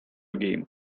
game